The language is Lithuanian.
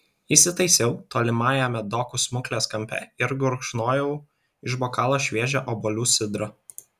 įsitaisiau tolimajame dokų smuklės kampe ir gurkšnojau iš bokalo šviežią obuolių sidrą